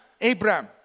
Abraham